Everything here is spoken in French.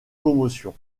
commotion